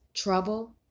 Trouble